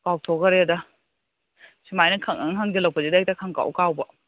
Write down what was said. ꯀꯥꯎꯊꯣꯛꯈꯔꯦꯗ ꯁꯨꯃꯥꯏꯅ ꯈꯪꯍꯪ ꯍꯪꯖꯜꯂꯛꯄꯁꯤꯗ ꯍꯦꯛꯇ ꯈꯪꯀꯥꯎ ꯀꯥꯎꯕ